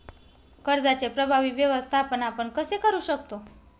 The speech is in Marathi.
कर्जाचे प्रभावी व्यवस्थापन आपण कसे करु शकतो?